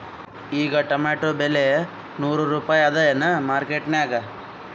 ಈಗಾ ಟೊಮೇಟೊ ಬೆಲೆ ನೂರು ರೂಪಾಯಿ ಅದಾಯೇನ ಮಾರಕೆಟನ್ಯಾಗ?